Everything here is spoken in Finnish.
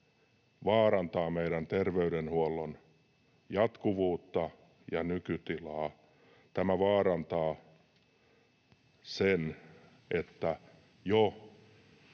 vaarantaa meidän terveydenhuoltomme jatkuvuutta ja nykytilaa. Tämä vaarantaa jo